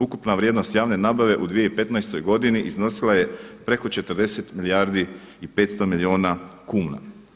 Ukupna vrijednost javne nabave u 2015. godini iznosila je preko 40 milijardi i 500 milijuna kuna.